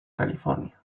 california